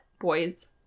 Boys